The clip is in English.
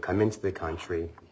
come into the country